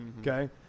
Okay